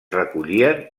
recollien